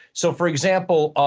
so for example,